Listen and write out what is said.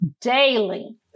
daily